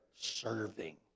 serving